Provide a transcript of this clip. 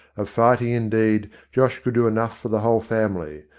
of fighting, indeed. josh could do enough for the whole family,